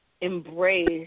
embrace